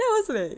I was like